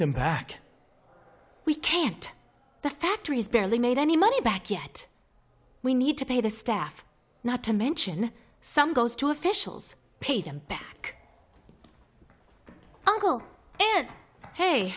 them back we can't the factories barely made any money back yet we need to pay the staff not to mention some goes to officials pay them back and hey